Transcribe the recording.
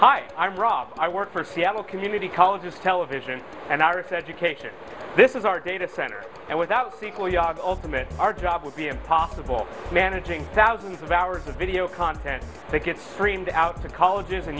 hi i'm rob i work for seattle community college of television and iris education this is our data center and without sequel yog ultimate our job would be impossible managing thousands of hours of video content to get streamed out to colleges and